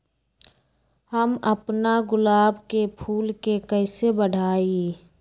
हम अपना गुलाब के फूल के कईसे बढ़ाई?